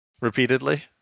Repeatedly